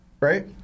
right